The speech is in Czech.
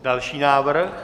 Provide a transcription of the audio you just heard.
Další návrh?